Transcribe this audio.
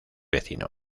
vecino